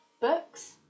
books